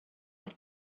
had